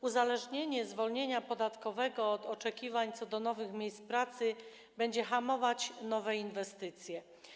Uzależnienie zwolnienia podatkowego od oczekiwań co do nowych miejsc pracy będzie hamować nowe inwestycje.